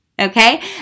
Okay